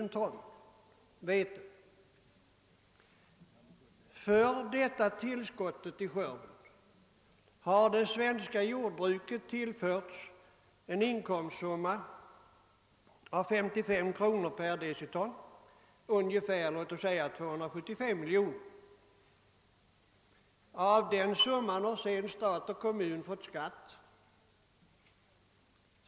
På grund av detta tillskott till skörden har det svenska jordbruket tillförts en inkomstsumma på 55 kronor per deciton, låt oss säga 275 miljoner kronor. På denna summa har stat och kommun fått skatt.